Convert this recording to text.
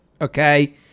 Okay